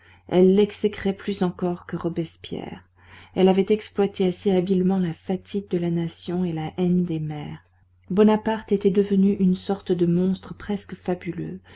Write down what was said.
elle l'exécrait plus encore que robespierre elle avait exploité assez habilement la fatigue de la nation et la haine des mères bonaparte était devenu une sorte de monstre presque fabuleux